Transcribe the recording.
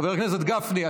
חבר הכנסת גפני,